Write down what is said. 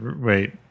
Wait